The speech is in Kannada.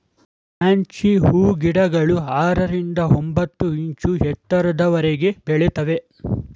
ಫ್ಯಾನ್ಸಿ ಹೂಗಿಡಗಳು ಆರರಿಂದ ಒಂಬತ್ತು ಇಂಚು ಎತ್ತರದವರೆಗೆ ಬೆಳಿತವೆ